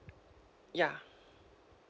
ya